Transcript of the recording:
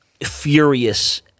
furious